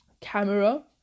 camera